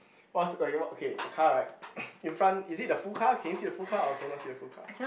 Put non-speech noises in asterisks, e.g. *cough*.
what's orh you okay it's a car right *coughs* in front is it the full car can you see the full car or cannot see the full car